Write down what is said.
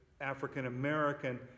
African-American